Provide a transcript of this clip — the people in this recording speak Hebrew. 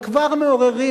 וכבר מעוררים,